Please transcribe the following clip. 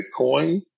Bitcoin